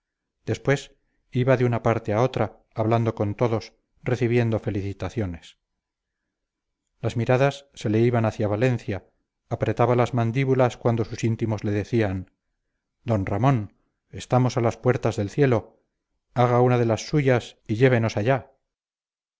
después iba de una parte a otra hablando con todos recibiendo felicitaciones las miradas se le iban hacia valencia apretaba las mandíbulas cuando sus íntimos le decían d ramón estamos a las puertas del cielo haga una de las suyas y llévenos allá